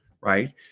right